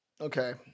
Okay